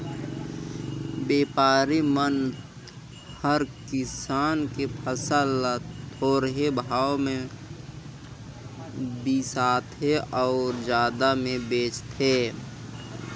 बेपारी मन हर किसान के फसल ल थोरहें भाव मे बिसाथें अउ जादा मे बेचथें